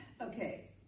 Okay